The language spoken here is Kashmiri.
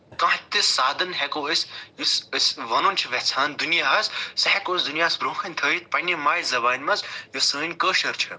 کانٛہہ تہِ سادَن ہٮ۪کَو أسۍ یُس أسۍ وَنُن چھُو یَژھان دُنیاہَس سُہ ہٮ۪کَو أسۍ دُنیاہَس برٛونہہ کَنہِ تھٲوِتھ پنٛنہِ ماجہِ زَبانہِ منٛز یُس سٲنۍ کٲشِر چھُ